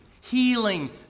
healing